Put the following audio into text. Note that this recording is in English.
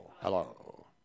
Hello